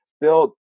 built